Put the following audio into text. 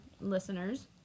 listeners